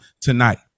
tonight